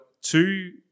two